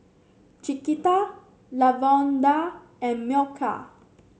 Chiquita Lavonda and Mykel